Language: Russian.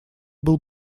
был